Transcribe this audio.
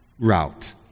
route